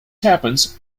happens